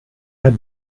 had